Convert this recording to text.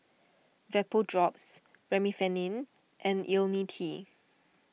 Vapodrops Remifemin and Ionil T